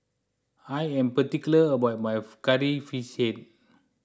I am particular about my Curry Fish Head